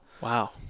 Wow